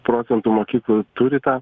procentų mokyklų turi tą